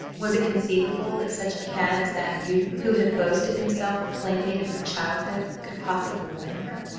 was it conceivable that such a cad as that youth who had boasted himself a playmate of her childhood could possibly win her?